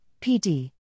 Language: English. PD